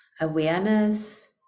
awareness